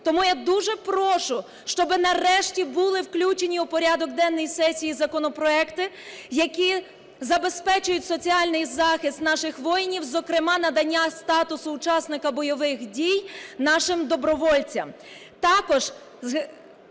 Тому я дуже прошу, щоби нарешті були включені у порядок денний сесії законопроекти, які забезпечують соціальний захист наших воїнів, зокрема надання статусу учасника бойових дій нашим добровольцям.